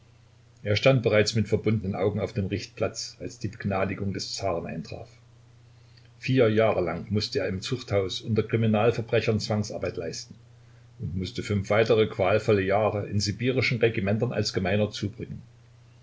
er stand bereits mit verbundenen augen auf dem richtplatz als die begnadigung des zaren eintraf vier jahre lang mußte er im zuchthaus unter kriminalverbrechern zwangsarbeit leisten und mußte fünf weitere qualvolle jahre in sibirischen regimentern als gemeiner zubringen